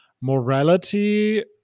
morality